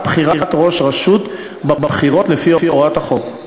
בחירת ראש רשות בבחירות לפי הוראת החוק.